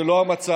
זה לא המצב.